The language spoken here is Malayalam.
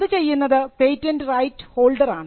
അത് ചെയ്യുന്നത് പേറ്റന്റ് റൈറ്റ് ഹോൾഡറാണ്